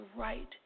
right